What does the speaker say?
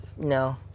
No